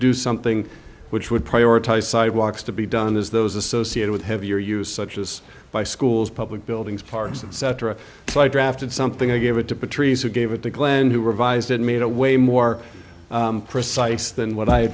do something which would prioritize sidewalks to be done as those associated with heavier use such as by schools public buildings parks and cetera so i drafted something i gave it to patrice who gave it to glenn who revised it made a way more precise than what i